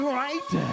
right